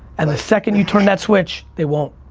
and the second you turn that switch, they won't,